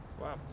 Wow